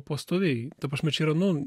pastoviai ta prasme čia yra nu